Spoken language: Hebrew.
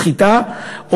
זה סחיטה,